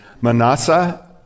Manasseh